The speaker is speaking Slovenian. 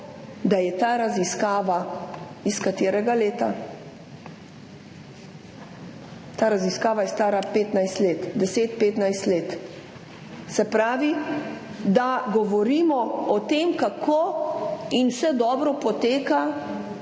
da je ta raziskava – iz katerega leta? Ta raziskava je stara 15 let, 10, 15 let. Se pravi, da govorimo o tem, kako in da vse dobro poteka,